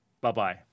bye-bye